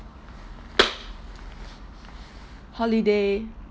holiday